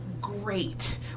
great